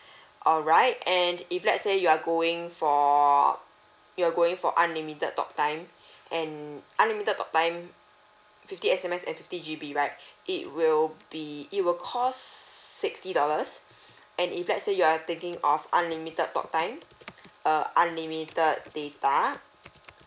alright and if let's say you are going for you're going for unlimited talk time and unlimited talk time fifty S_M_S and fifty G_B right it will be it will cost sixty dollars and if let's say you are taking of unlimited talk time uh unlimited data